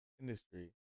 industry